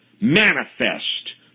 Manifest